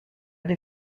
des